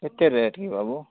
କେତେ ରେଟ୍କି ବାବୁ